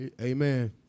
Amen